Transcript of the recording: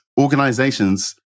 Organizations